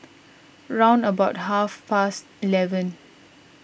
round about half past eleven